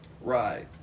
Right